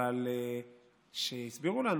אבל הסבירו לנו